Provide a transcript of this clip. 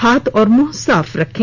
हाथ और मुंह साफ रखें